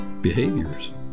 behaviors